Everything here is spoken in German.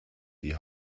die